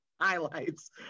highlights